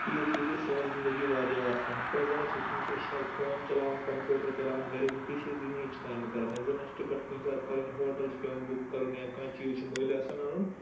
تیٖژ تیٖژ گٔیے سٲنۍ زِندگی واریاہ آسان یِتھ پٲٹھۍ زَن أسۍ وٕچھان چھِ أسۍ چھِ اَز فون چَلاوَان کَمپیوٗٹَر چَلاوَان گَرِ بِہتٕے چھِ أسۍ دُنہِچ کامہِ کَران اَسِہ زَن آسِہ ٹِکَٹ کُنہِ ساتہٕ کَرٕنۍ ہوٹَل چھِ پٮ۪وان بُک کَرُن یا کانٛہہ چیٖز چھُ مٔلۍ آسَان اَنُن